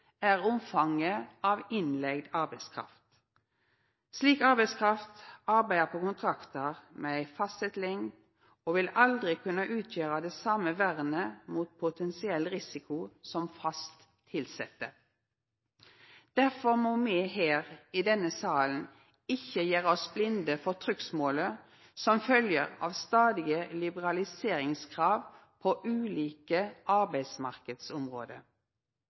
er omfanget av innleigd arbeidskraft. Slik arbeidskraft arbeider på kontraktar med ei fastsett lengd og vil aldri kunna utgjera det same vernet mot potensiell risiko som fast tilsette. Difor må me i denne salen ikkje gjera oss blinde for trugsmålet som følgjer av stadige liberaliseringskrav på ulike